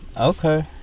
Okay